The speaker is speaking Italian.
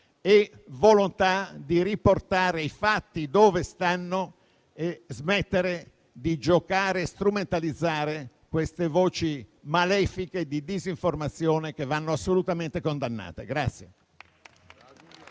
e volontà di riportare i fatti al loro posto e smettere di giocare e strumentalizzare voci malefiche di disinformazione, che vanno assolutamente condannate.